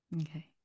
okay